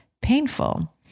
painful